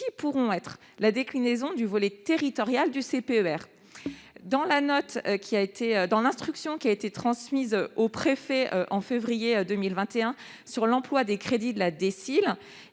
pourront être la déclinaison du volet territorial du CPER. Les préfets, dans l'instruction qui leur a été transmise en février 2021 sur l'emploi des crédits de la DSIL,